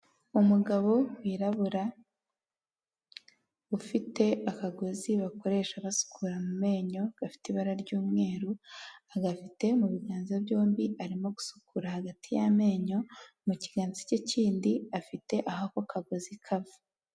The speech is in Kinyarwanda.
Umugabo wirabura ufite akagozi bakoresha basukura mu menyo gafite ibara ry'umweru, agafite mu biganza byombi arimo gusukura hagati y'amenyo, mu kiganza cye kindi afite aho ako kagozi kava.